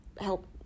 help